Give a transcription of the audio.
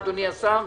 אדוני השר.